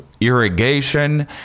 irrigation